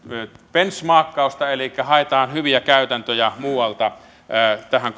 benchmarkkausta eli haetaan hyviä käytäntöjä muualta tähän